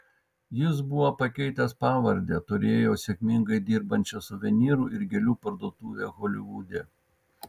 jis buvo pakeitęs pavardę turėjo sėkmingai dirbančią suvenyrų ir gėlių parduotuvę holivude